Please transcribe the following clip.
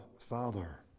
Father